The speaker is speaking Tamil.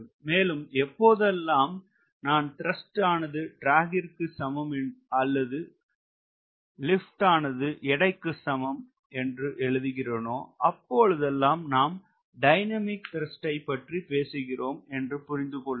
மேலும் எப்போதெல்லாம் நான் த்ரஸ்ட் ஆனது ட்ராக்கிற்கு சமம் அல்லது லிப்ட் ஆனது எடைக்கு சமம் என்று எழுதிகிறோனோ அப்போதெல்லாம் நாம் டைனமிக் த்ரஸ்ட் ஐப் பற்றி பேசுகிறோம் என்று புரிந்து கொள்ளுங்கள்